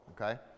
Okay